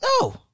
No